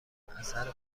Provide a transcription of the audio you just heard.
اثر